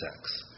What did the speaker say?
sex